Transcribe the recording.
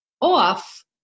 off